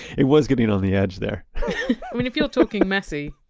it was getting on the edge there but if you're talking messy,